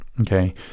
Okay